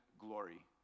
glory